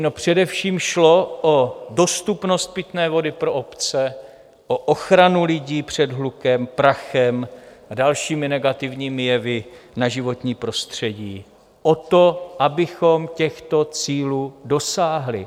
No především šlo o dostupnost pitné vody pro obce, o ochranu lidí před hlukem, prachem a dalšími negativními jevy na životní prostředí, o to, abychom těchto cílů dosáhli.